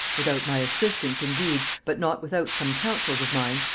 without my assistance indeed, but not without some counsels of mine,